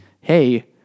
hey